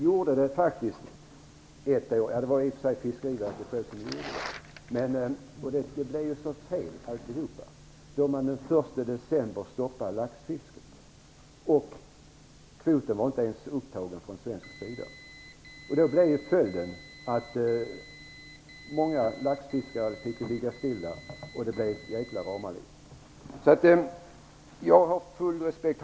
Det skedde faktiskt ett år genom Fiskeriverkets försorg, men det blev helt fel. Den 1 december stoppade man laxfisket innan den svenska kvoten ens var upptagen. Följden blev att många laxfiskare fick ligga stilla, och det upphävdes ett ramaskri.